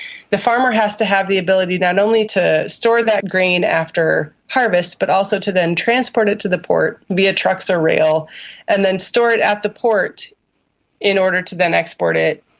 the farmer has to have the ability not only to store that grain after harvest but also to then transport it to the port via trucks or rail and then store it at the port in order to then export it,